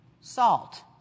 Salt